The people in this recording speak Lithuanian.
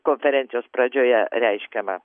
konferencijos pradžioje reiškiama